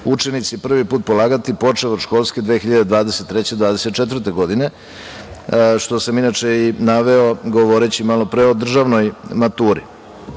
učenici prvi put polagati počev od školske 2023/2024. godine, što sam inače i naveo govoreći malopre o državnoj maturi. Radi